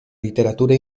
literatura